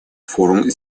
форум